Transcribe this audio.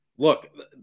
Look